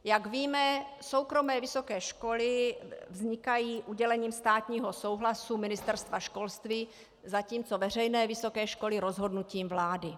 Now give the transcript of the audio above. Jak víme, soukromé vysoké školy vznikají udělením státního souhlasu Ministerstva školství, zatímco veřejné vysoké školy rozhodnutím vlády.